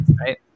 right